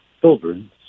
children